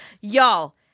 Y'all